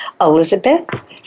Elizabeth